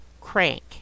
crank